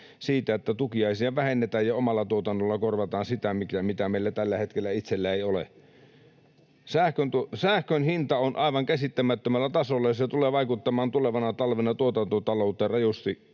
siten, että tukiaisia vähennetään ja omalla tuotannolla korvataan sitä, mitä meillä tällä hetkellä itsellä ei ole. Sähkön hinta on aivan käsittämättömällä tasolla, ja se tulee vaikuttamaan tulevana talvena tuotantotalouteen rajusti,